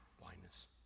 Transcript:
blindness